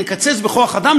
נקצץ בכוח-אדם,